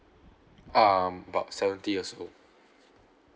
um about seventy years old